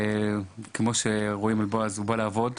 כמו שרואים על בועז, הוא בא לעבוד.